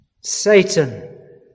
Satan